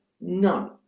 none